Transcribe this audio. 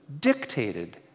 dictated